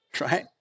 right